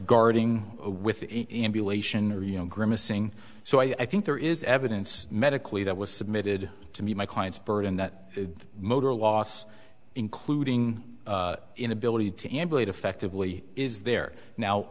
guarding with grimacing so i think there is evidence medically that was submitted to me my clients burden that motor loss including inability to ambulate effectively is there now